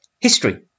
history